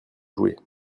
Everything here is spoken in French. jouer